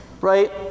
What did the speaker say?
right